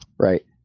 Right